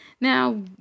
Now